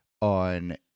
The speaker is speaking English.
on